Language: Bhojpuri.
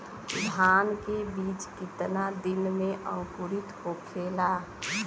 धान के बिज कितना दिन में अंकुरित होखेला?